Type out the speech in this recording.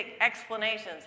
explanations